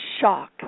shock